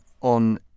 on